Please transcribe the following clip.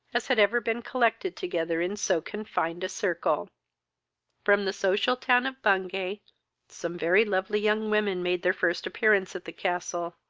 as had ever been collected together in so confined a circle from the social town of bungay some very lovely young women made their first appearance at the castle,